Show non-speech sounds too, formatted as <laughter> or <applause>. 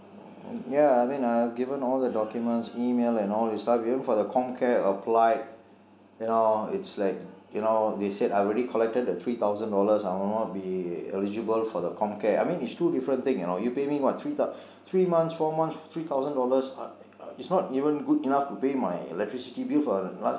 mm ya I mean I've given all the documents email and all these stuff even for the com care applied <breath> you know it's like you know they said I already collected the three thousand dollars I will not be eligible for the com care I mean it's two different thing you know you pay me what three <breath> three months four months three thousand dollars it's not even good enough to pay my electricity bill for